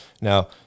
now